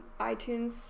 iTunes